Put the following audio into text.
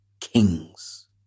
kings